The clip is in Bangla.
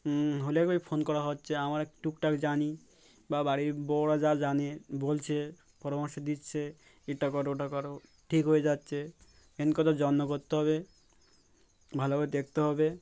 হলে ও ফোন করা হচ্ছে আমরা টুকটাক জানি বা বাড়ির বউরা যা জানে বলছে পরামর্শ দিচ্ছে এটা করো ওটা করো ঠিক হয়ে যাচ্ছে এন কথা যত্ন করতে হবে ভালো করোবে দেখতে হবে